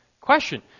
question